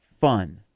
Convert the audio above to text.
fun